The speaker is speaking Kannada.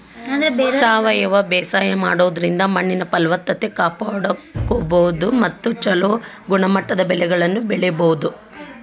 ಸಾವಯವ ಬೇಸಾಯ ಮಾಡೋದ್ರಿಂದ ಮಣ್ಣಿನ ಫಲವತ್ತತೆ ಕಾಪಾಡ್ಕೋಬೋದು ಮತ್ತ ಚೊಲೋ ಗುಣಮಟ್ಟದ ಬೆಳೆಗಳನ್ನ ಬೆಳಿಬೊದು